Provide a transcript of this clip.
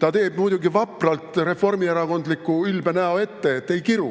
Ta teeb muidugi vapralt reformierakondliku ülbe näo ette, et ei kiru.